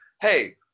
Hey